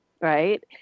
right